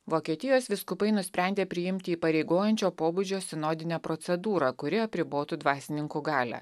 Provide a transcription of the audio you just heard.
vokietijos vyskupai nusprendė priimti įpareigojančio pobūdžio sinodinę procedūrą kuri apribotų dvasininkų galią